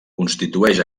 constitueix